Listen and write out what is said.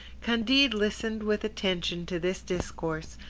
candide listened with attention to this discourse,